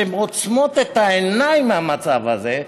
שעוצמות את העיניים למצב הזה,